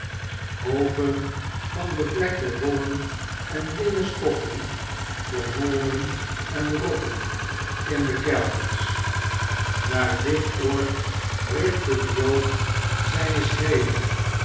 hoopen van bevlekte wollen en linnen stoffen vermolmen en rotten in de kelders naar dit oord richtte de jood zijne schreden